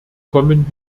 kommen